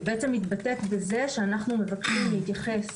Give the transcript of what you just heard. היא מתבטאת בזה שאנחנו מבקשים להתייחס